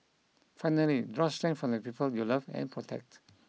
finally draw strength from the people you love and protect